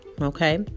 okay